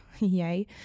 yay